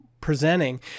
presenting